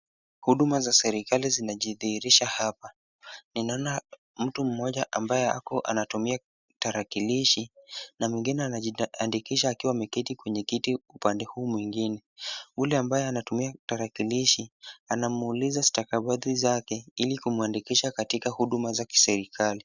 Huduma za serikali zinajidhihirisha hapa. Ninaona mtu mmoja ambaye ako anatumia tarakilishi na mwingine anajiandikisha akiwa ameketi kwenye kiti upande huu mwingine. Ule mwingine ambaye anatumia tarakilishi anamwagiza stakabadhi zake ili kumuandikisha katika huduma za kiserikali.